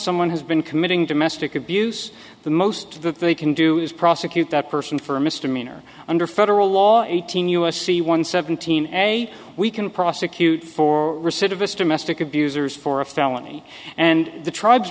someone has been committing domestic abuse the most that they can do is prosecute that person for a misdemeanor under federal law eighteen u s c one seventeen and a we can prosecute for recidivist domestic abusers for a felony and the tribes